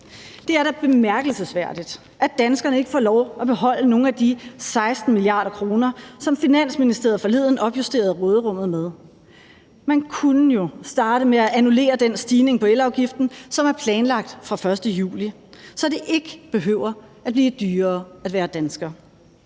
Det er da bemærkelsesværdigt, at danskerne ikke får lov at beholde nogle af de 16 mia. kr., som Finansministeriet forleden opjusterede råderummet med. Man kunne jo starte med at annullere den stigning af elafgiften, som er planlagt fra den 1. juli, så det ikke behøver at blive dyrere at være dansker.